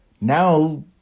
now